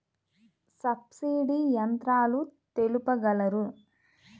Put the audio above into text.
Subsidy యంత్రాలు తెలుపగలరు?